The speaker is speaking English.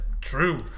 true